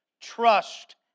trust